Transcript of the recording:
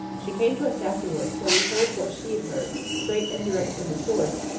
she came to us afterwards so we heard what she had heard, straight and direct from the source,